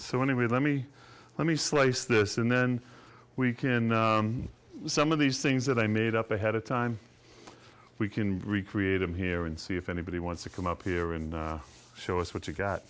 so anyway let me let me slice this and then we can in some of these things that they made up ahead of time we can recreate them here and see if anybody wants to come up here and show us what you got